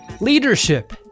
Leadership